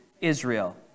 Israel